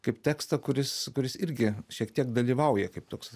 kaip tekstą kuris kuris irgi šiek tiek dalyvauja kaip toks